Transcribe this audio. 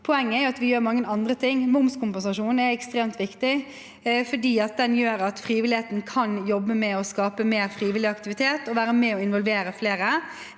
Momskompensasjonen er ekstremt viktig fordi den gjør at frivilligheten kan jobbe med å skape mer frivillig aktivitet og være med på å involvere flere.